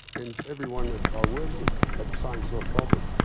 and everyone that i worked with had the same sort of problem.